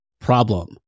problem